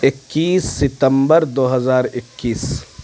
اکیس ستمبر دو ہزار اکیس